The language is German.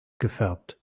gefärbt